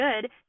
good